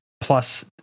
Plus